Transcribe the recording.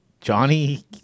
johnny